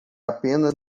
apenas